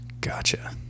Gotcha